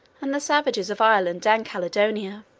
and the savages of ireland and caledonia.